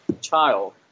child